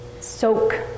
soak